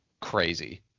crazy